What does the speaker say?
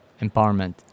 Empowerment